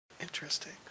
Interesting